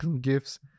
gifts